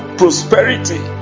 prosperity